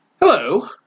hello